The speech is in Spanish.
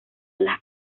las